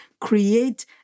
create